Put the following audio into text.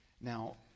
Now